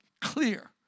clear